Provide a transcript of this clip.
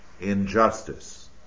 injustice